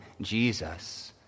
Jesus